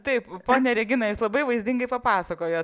taip ponia regina jūs labai vaizdingai papasakojot